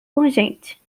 urgente